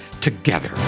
together